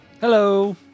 Hello